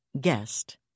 guest